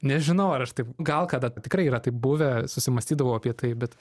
nežinau ar aš taip gal kada tikrai yra taip buvę susimąstydavau apie tai bet